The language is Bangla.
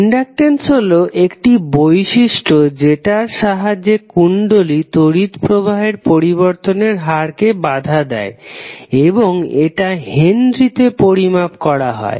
ইনডাকটেন্স হলো একটি বৈশিষ্ট্য যেটার সাহাজ্যে কুণ্ডলী তড়িৎ প্রবাহের পরিবর্তনের হার কে বাধা দেয় এবং এটা হেনরি তে পরিমাপ করা হয়